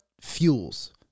fuels